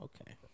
okay